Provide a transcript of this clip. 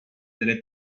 delle